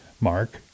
mark